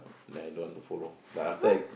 then I don't want to follow but after I